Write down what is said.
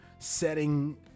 setting